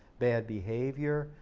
bad behavior,